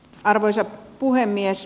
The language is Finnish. arvoisa puhemies